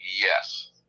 Yes